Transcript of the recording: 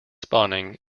spawning